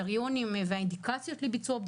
הקריטריונים הנוספים הם